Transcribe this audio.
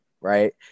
right